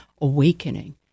awakening